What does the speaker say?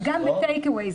אבל גם ב-take away.